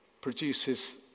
produces